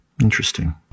Interesting